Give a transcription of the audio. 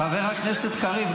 חבר הכנסת קריב,